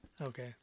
Okay